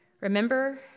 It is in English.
Remember